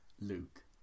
Luke